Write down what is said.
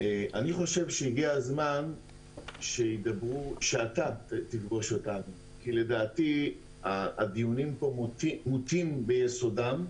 חושב שהגיע הזמן שאתה תפגוש אותנו כי לדעתי הדיונים פה מוטים ביסודם.